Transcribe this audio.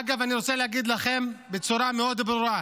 אגב, אני רוצה להגיד לכם בצורה מאוד ברורה: